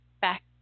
back